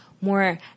more